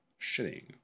shitting